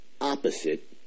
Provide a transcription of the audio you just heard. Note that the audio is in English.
opposite